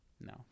no